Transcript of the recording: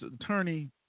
Attorney